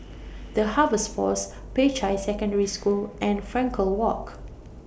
The Harvest Force Peicai Secondary School and Frankel Walk